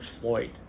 Floyd